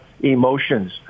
emotions